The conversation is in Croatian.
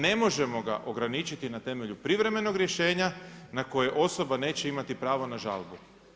Ne možemo ga ograničiti na temelju privremenog rješenja na koje osoba neće imati pravo na žalbu.